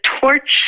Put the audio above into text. torch